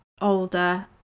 older